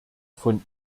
von